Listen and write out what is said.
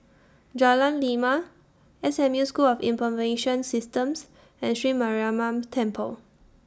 Jalan Lima S M U School of Information Systems and Sri Mariamman Temple